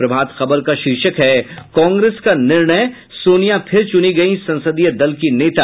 प्रभात खबर का शीर्षक है कांग्रेस का निर्णय सोनिया फिर चुनी गयी संसदीय दल की नेता